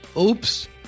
Oops